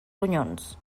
ronyons